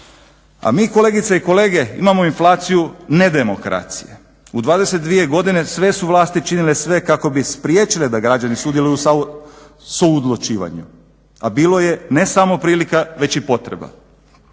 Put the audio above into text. A mi, kolegice i kolege, imamo inflaciju nedemokracije. U 22 godine sve su vlasti činile sve kako bi spriječile da građani sudjeluju sa suodlučivanjem. A bilo je ne samo prilika već i potreba.